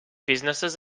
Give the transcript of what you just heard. businesses